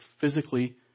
physically